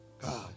God